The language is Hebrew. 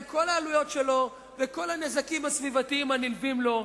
עם כל העלויות שלו וכל הנזקים הסביבתיים הנלווים לו.